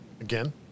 Again